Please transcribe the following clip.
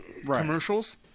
commercials